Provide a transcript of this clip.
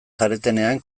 zaretenean